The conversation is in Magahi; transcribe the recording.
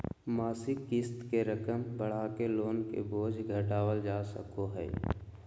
मासिक क़िस्त के रकम बढ़ाके लोन के बोझ घटावल जा सको हय